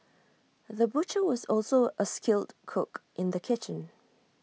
the butcher was also A skilled cook in the kitchen